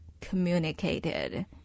communicated